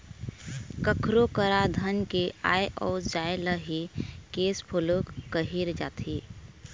कखरो करा धन के आय अउ जाय ल ही केस फोलो कहे जाथे